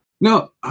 No